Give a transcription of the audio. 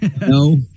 No